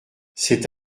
cet